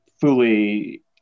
fully